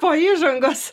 po įžangos